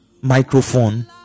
microphone